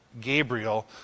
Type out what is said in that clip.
Gabriel